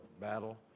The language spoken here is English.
battle